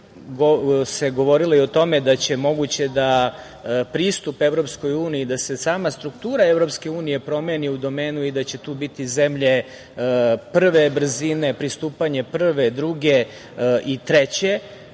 se govorilo i o tome da će moguće da pristup EU, da se sam struktura EU promeni u domenu i da će tu biti zemlje prve brzine, pristupanje prve, druge i treće,